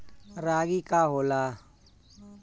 रागी का होला?